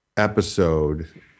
episode